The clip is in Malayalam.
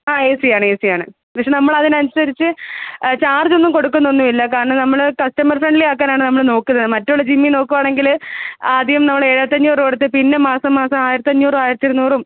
ആ ഏ സിയാണേസിയാണ് പക്ഷേ നമ്മളതിനനുസരിച്ച് ചാർജൊന്നും കൊടുക്കുന്നൊന്നുമില്ല കാരണം നമ്മൾ കസ്റ്റമർ ഫ്രണ്ട്ലി ആക്കാനാണ് നമ്മൾ നോക്കുന്നത് മറ്റുള്ള ജിമ്മി നോക്കുവാണെങ്കിൽ ആദ്യം നമ്മൾ ഏഴായിരത്തഞ്ഞൂറ് രൂപ കൊടുത്ത് പിന്നെ മാസം മാസം ആയിരത്തഞ്ഞൂറ് ആയിരത്തിരുന്നൂറും